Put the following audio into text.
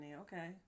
Okay